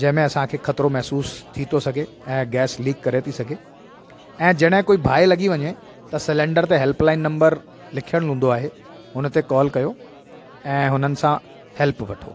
जंहिंमें असांखे ख़तरो महिसूसु थी थो सघे ऐं गैस लीक करे थी सघे ऐं जॾहिं कोई बाहि लॻी वञे त सिलेंडर ते हेल्प लाइन नम्बर लिखयल हूंदो आहे उन ते कॉल कयो ऐं हुननि सां हेल्प वठो